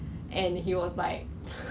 so 你 twelve times four